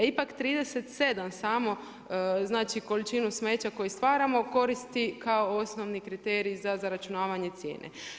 Ipak 37 samo, znači količinu smeća koju stvaramo koristi kao osnovni kriterij za zaračunavane cijene.